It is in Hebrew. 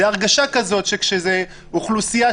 קארין.